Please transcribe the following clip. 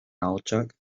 ahotsak